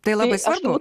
tai labai svarbu